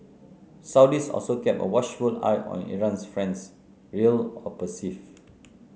Saudis also kept a watchful eye on Iran's friends real or perceived